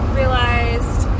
realized